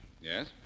Yes